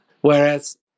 Whereas